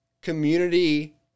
community